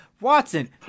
Watson